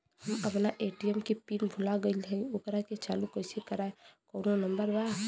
हम अपना ए.टी.एम के पिन भूला गईली ओकरा के चालू कइसे करी कौनो नंबर बा?